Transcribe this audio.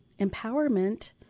empowerment